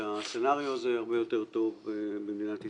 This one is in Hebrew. הסצנריו הזה הרבה יותר טוב במדינת ישראל.